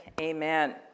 Amen